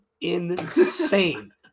insane